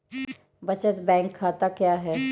बचत बैंक खाता क्या है?